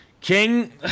King